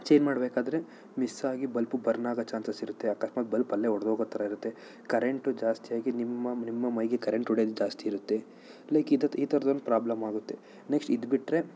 change ಮಾಡಬೇಕಾದ್ರೆ ಮಿಸ್ಸಾಗಿ bulb burn ಆಗೋ ಚಾನ್ಸಸ್ ಇರುತ್ತೆ ಆಕಸ್ಮಾತ್ ಬಲ್ಪ್ ಅಲ್ಲೇ ಒಡೆದೋಗೊ ಥರ ಇರುತ್ತೆ ಕರೆಂಟು ಜಾಸ್ತಿ ಆಗಿ ನಿಮ್ಮ ನಿಮ್ಮ ಮೈಗೆ ಕರೆಂಟ್ ಹೊಡಿಯೋದು ಜಾಸ್ತಿ ಇರುತ್ತೆ ಲೈಕ್ ಈ ಥರದ ಒಂದು ಪ್ರಾಬ್ಲಮ್ ಆಗುತ್ತೆ ನೆಕ್ಸ್ಟ್ ಇದು ಬಿಟ್ರೆ